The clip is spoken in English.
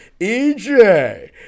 EJ